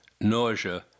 nausea